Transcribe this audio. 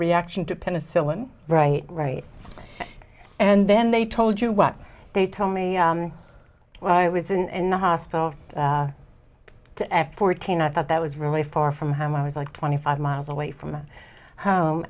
reaction to penicillin right right and then they told you what they tell me when i was in the hospital to act fourteen i thought that was really far from home i was like twenty five miles away from home